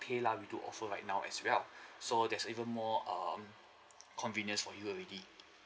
paylah we do offer right now as well so that's even more um convenience for you already